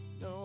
No